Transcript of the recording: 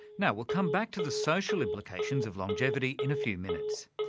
now, we'll come back to the social implications of longevity in a few minutes.